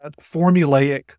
formulaic